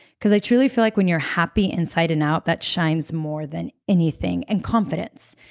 because i truly feel like when you're happy inside and out, that shines more than anything, and confidence.